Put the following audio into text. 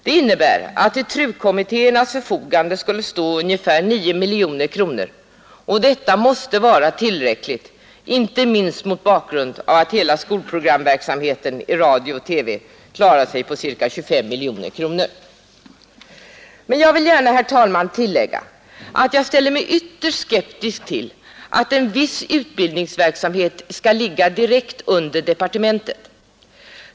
Det innebär att till TRU-kommittéernas förfogande skulle stå ungefär 9 miljoner kronor, och detta måste vara tillräckligt, inte minst mot bakgrund av att hela skolprogramverksamheten klarar sig på ca 25 miljoner kronor. Jag vill tillägga att jag ställer mig ytterst skeptisk mot att en viss utbildningsverksamhet skall ligga direkt under departementet.